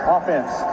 Offense